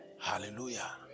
Hallelujah